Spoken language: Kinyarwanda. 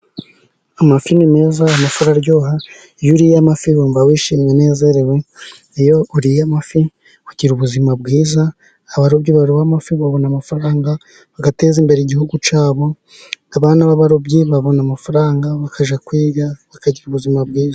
Amafi ni meza, amafi aryoha iyo uriye amafi wumva wishimye unezerewe, ugira ubuzima bwiza, abarobyi baroba amafi babona amafaranga bagateza imbere igihugu cyabo, abana b'abarobyi babona amafaranga bakajya kwiga bakagira ubuzima bwiza.